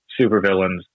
supervillains